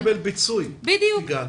קשה לקבל פיצוי כגן.